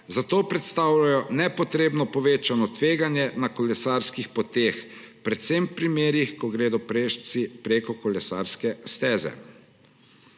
zato predstavljajo nepotrebno povečano tveganje na kolesarskih poteh predvsem v primerih, ko gredo pešci preko kolesarske steze.